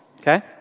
okay